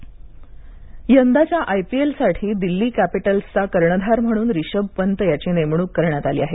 रिषभ पंत कर्णधार यंदाच्या आयपीएलसाठी दिल्ली कॅपिटल्सचा कर्णधार म्हणून रिषभ पंत याची नेमणूक करण्यात आली आहे